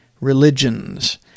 religions